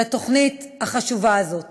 לתוכנית החשובה הזאת.